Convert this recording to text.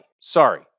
Sorry